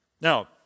Now